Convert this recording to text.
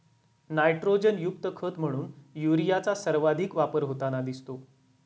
नायट्रोजनयुक्त खत म्हणून युरियाचा सर्वाधिक वापर होताना दिसतो